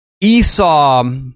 Esau